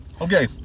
okay